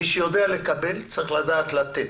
מי שיודע לקבל, צריך לדעת לתת,